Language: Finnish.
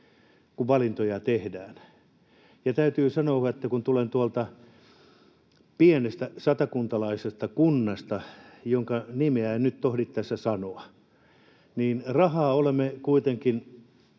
kun valintoja tehdään. Ja täytyy sanoa, että kun tulen tuolta pienestä satakuntalaisesta kunnasta, jonka nimeä en nyt tohdi tässä sanoa, niin rahaa olemme kuitenkin